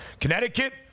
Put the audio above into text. Connecticut